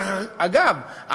דרך אגב,